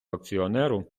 акціонеру